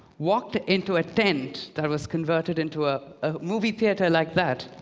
walked into a tent that was converted into ah a movie theater like that,